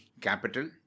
capital